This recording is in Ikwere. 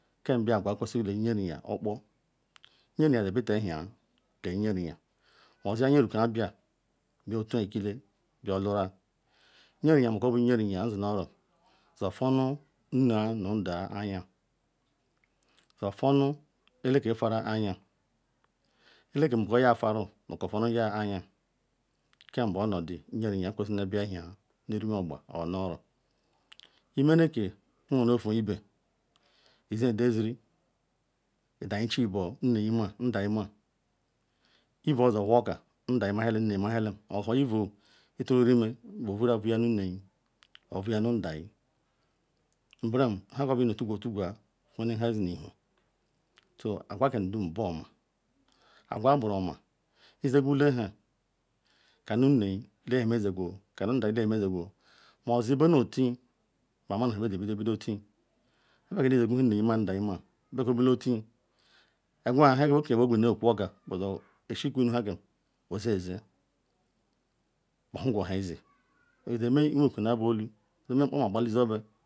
ken bia agwa kuesiri nu nyeriya okpo. Nyeriga yebita ewhiyi nu nye riya kpo ozi nye ruka bia buotuya ke-ekile bia olun nyeriga mako nbu nyeriya zino oro so-otunu nneya nu ndaya anga so-otunu eleke ara anya, eleken mako yafaru moko-otunu yaannye kam buonodi nyeriya nkwesiri obi ewhi nu rumeogba or nu-oro imeke monunsoibe iji edeziri idayi chibua nneyi ma ndayima ivu owhorwhor oka nneyi mahialo ndayi mahialam oki izi cururime bevya vuyanu nneyi nobu vuyanu ndayi nbram nhe ka inotagwa otugwaa lune nhudi nhu so aqwaa kendum buoma. Aqwa buruoma izique nhe, kanu nneyi lee hameziqwoo kanu ndayi lee hameziquoo mozi beneotuyi ba maru hameziquoo mozi beneotuyi bamara nhe beyebidotuyi imako nu iziqu nhe nneyi ma ndayi ma bekobidotuyi egwaa nhe kun bejinuokwu okar beshekununhakam izizi behuqwu nha izi oyeme iwekunlabe olu izumenkpoma qbalinzobe